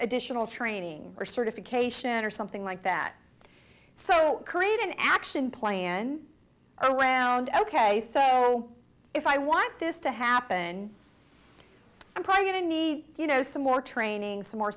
additional training or certification or something like that so create an action plan around ok so if i want this to happen i'm probably going to need you know some more training some more